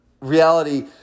reality